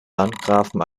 landgrafen